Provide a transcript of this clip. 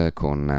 con